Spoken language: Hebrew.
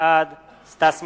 בעד סטס מיסז'ניקוב,